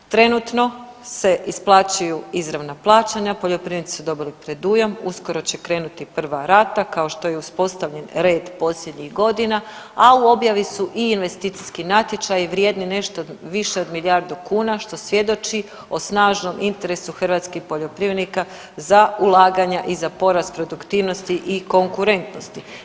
Trenutno se isplaćuju izravna plaćanja, poljoprivrednici su dobili predujam, uskoro će krenuti prva rata kao što je i uspostavljen red posljednjih godina, a u objavi su i investicijski natječaji vrijedni nešto više od milijardu kuna što svjedoči o snažnom interesu hrvatskih poljoprivrednika za ulaganja i za porast produktivnosti i konkurentnosti.